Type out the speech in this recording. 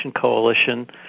Coalition